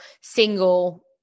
single